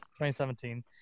2017